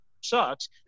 sucks